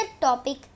topic